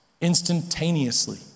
instantaneously